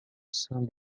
sein